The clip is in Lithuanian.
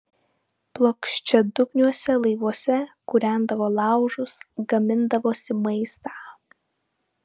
plokščiadugniuose laivuose kūrendavo laužus gamindavosi maistą